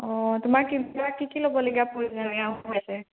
অঁ তোমাৰ কিবা কি কি ল'বলগীয়া প্ৰয়োজনীয় হৈ আছে